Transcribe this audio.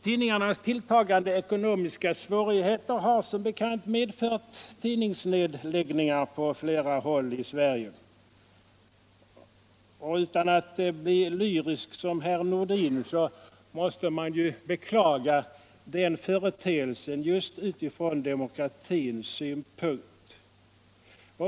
Tidningarnas tilltagande ekonomiska svårigheter har som bekant medfört tidningsnedläggningar på flera håll i Sverige, och utan att bli lyrisk som herr Nordin måste man beklaga den företeelsen just utifrån demokratins synpunkt.